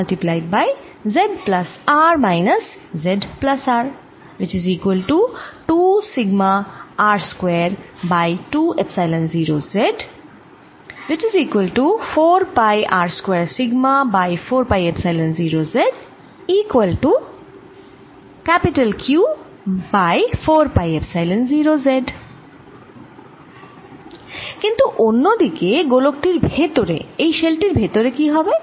কিন্তু অন্যদিকে গোলক টির ভেতরে এই শেল টির ভেতরে কি হবে